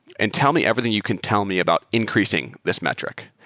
and tell me everything you can tell me about increasing this metric.